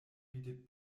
bietet